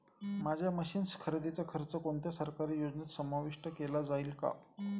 माझ्या मशीन्स खरेदीचा खर्च कोणत्या सरकारी योजनेत समाविष्ट केला जाईल का?